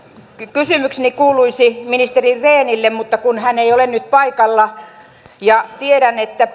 kysymykseni kuuluisi ministeri rehnille mutta kun hän ei ole nyt paikalla ja tiedän että